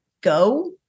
go